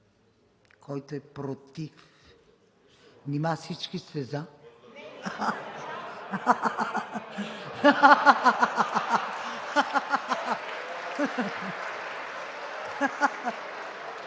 Кой е против? Нима всички сте за?